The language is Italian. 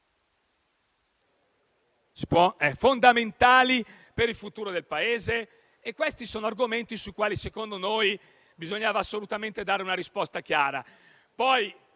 fondamentali per il futuro del Paese? Sono argomenti sui quali, secondo noi, bisognava assolutamente dare una risposta chiara. Poi,